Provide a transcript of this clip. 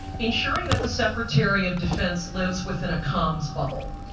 ensuring that the secretary of defense lives within a comms bubble.